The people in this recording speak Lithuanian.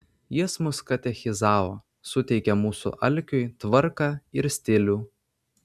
jis mus katechizavo suteikė mūsų alkiui tvarką ir stilių